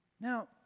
Now